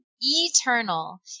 eternal